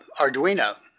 Arduino